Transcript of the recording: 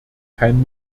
kein